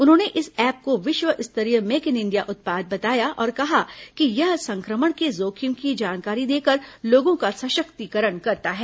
उन्होंने इस ऐप को विश्व स्तरीय मेक इन इंडिया उत्पाद बताया और कहा कि यह संक्रमण के जोखिम की जानकारी देकर लोगों का सशक्तीकरण करता है